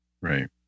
Right